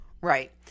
right